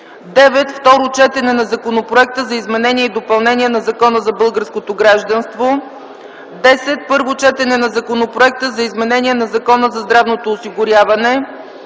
9. Второ четене на Законопроекта за изменение и допълнение на Закона за българското гражданство. 10. Първо четене на Законопроекта за изменение на Закона за здравното осигуряване.